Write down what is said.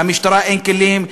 למשטרה אין כלים,